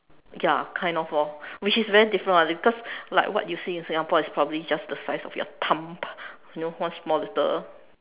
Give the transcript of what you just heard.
ya kind of lor which is very different [one] because like what you see in Singapore is probably just the size of your thumb you know one small little